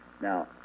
now